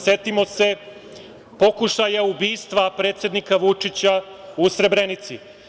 Setimo se pokušaja ubistva predsednika Vučića u Srebrenici.